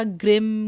grim